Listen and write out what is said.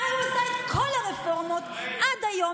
הרי הוא עשה את כל הרפורמות עד היום